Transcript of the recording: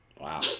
Wow